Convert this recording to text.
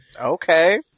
Okay